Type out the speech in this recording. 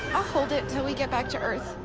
hold it till we get back to earth.